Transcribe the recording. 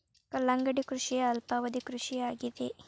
ಕಲ್ಲಂಗಡಿ ಕೃಷಿಯ ಅಲ್ಪಾವಧಿ ಕೃಷಿ ಆಗಿದೆ